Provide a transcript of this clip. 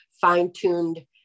fine-tuned